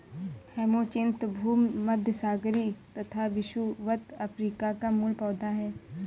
hyacinth भूमध्यसागरीय तथा विषुवत अफ्रीका का मूल पौधा है